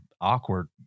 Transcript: awkward